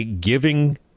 Giving